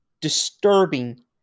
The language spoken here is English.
disturbing